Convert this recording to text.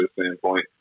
standpoint